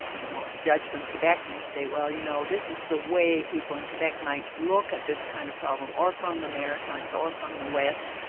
you know, a judge from quebec may say, well, you know, this is the way people in quebec might look at this kind of problem. or from the maritimes, or from the west.